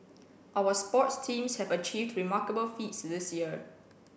our sports teams have achieved remarkable feats this year